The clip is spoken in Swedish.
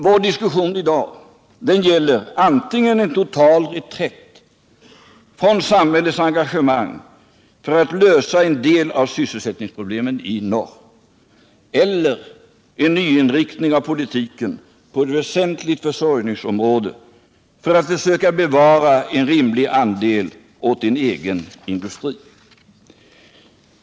Vår diskussion i dag gäller antingen en total reträtt från samhällets engagemang för att lösa en del av sysselsättningsproblemen i norr eller en nyinriktning av politiken på ett väsentligt försörjningsområde för att försöka bevara en rimlig andel åt en egen industri.